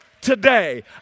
today